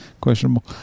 Questionable